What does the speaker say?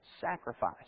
Sacrifice